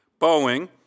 Boeing